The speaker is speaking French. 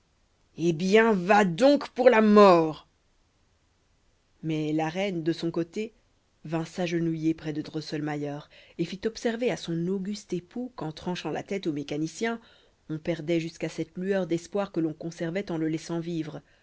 eh bien va donc pour la mort mais la reine de son côté vint s'agenouiller près de drosselmayer et fit observer à son auguste époux qu'en tranchant la tête au mécanicien on perdait jusqu'à cette lueur d'espoir que l'on conservait en le laissant vivre